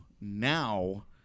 now –